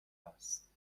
هست